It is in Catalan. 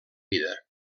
vida